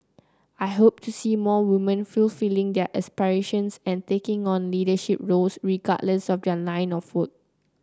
I hope to see more woman fulfilling their aspirations and taking on leadership roles regardless of their line of foot